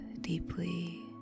deeply